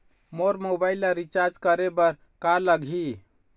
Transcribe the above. मोर mobile ला recharge करे बर का लगही?